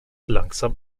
langsam